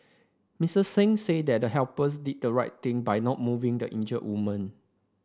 Miss Singh said that the helpers did the right thing by not moving the injured woman